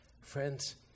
Friends